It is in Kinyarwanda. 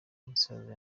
umusaza